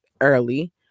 early